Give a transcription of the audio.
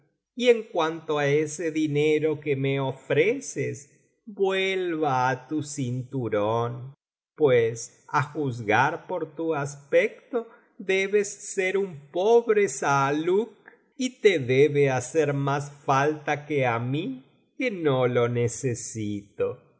y en cuanto á ese dinero que me ofreces vuelva á tu cinturón pues á juzgar por tu aspecto debes ser un pobre saaluk y te debe hacer más falta que á mí que no lo necesito